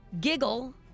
giggle